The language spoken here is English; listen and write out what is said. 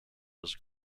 was